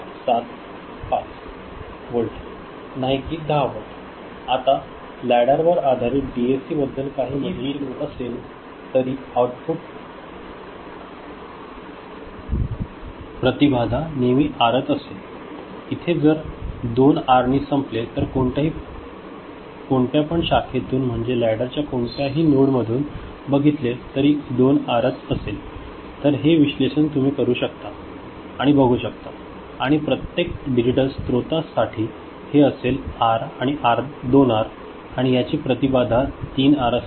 6875 volt नाही की 10 volt आता लॅडर वर आधारित डीएसी बद्दल काही मजेशीर गोष्टी कितीही बीट जरी असले तरी आऊटपुट प्रतिबाधा नेहमी आरच असते इथे जर हे 2 आर नी संपले तर कोणत्या पण शाखेतून म्हणजे लॅडर च्या कोणत्याही नोड मधून बघितले तरी हे 2 आर च असेल तर हे तुम्ही विश्लेषण करू शकता आणि बघु शकता आणि प्रत्येक डिजिटल स्त्रोतासाठी हे असेल आर आणि 2 आर आणि याची प्रतिबाधा 3 आर असेल